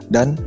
Dan